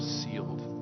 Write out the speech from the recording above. sealed